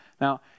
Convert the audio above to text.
Now